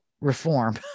reform